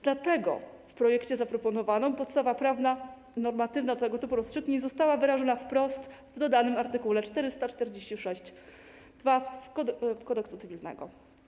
Dlatego w projekcie zaproponowano, by podstawa prawna normatywna tego typu rozstrzygnięć została wyrażona wprost w dodanym art. 446 Kodeksu cywilnego.